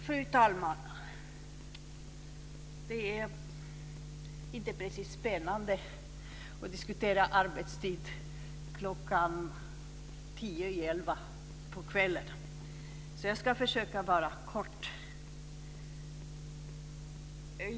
Fru talman! Det är inte precis spännande att diskutera arbetstid klockan tio i elva på kvällen. Jag ska försöka fatta mig kort.